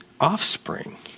offspring